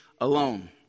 Alone